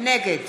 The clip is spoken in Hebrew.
נגד